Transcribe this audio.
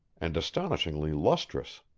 and astonishingly lustrous.